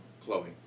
Chloe